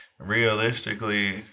realistically